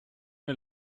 mir